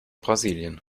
brasilien